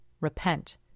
Repent